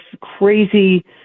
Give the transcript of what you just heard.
crazy